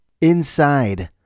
inside